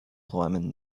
träumen